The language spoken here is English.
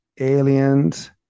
aliens